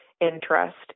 interest